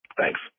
Thanks